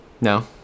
No